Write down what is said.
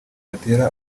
batera